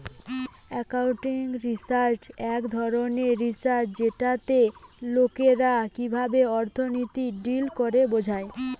accounting research এক ধরণের research যেটাতে লোকরা কিভাবে অর্থনীতিতে ডিল করে বোঝা